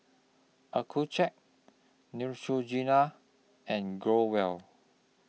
Accucheck Neutrogena and Growell